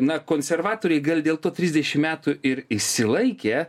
na konservatoriai gal dėl to trisdešim metų ir išsilaikė